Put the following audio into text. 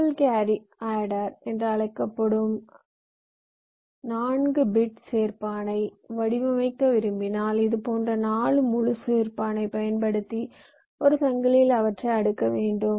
triple carry adder என்று அழைக்கப்படும் 4 bit சேர்பானை வடிவமைக்க விரும்பினால் இதுபோன்ற 4 முழு சேர்ப்பான் பயன்படுத்தி ஒரு சங்கிலியில் அவற்றை அடுக்க வேண்டும்